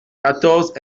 quatorze